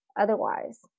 otherwise